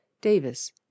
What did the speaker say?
davis